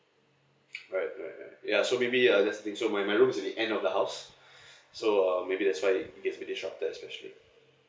right right right ya so maybe uh just think so my my room is at end of the house so uh maybe that's why it it gets really short there especially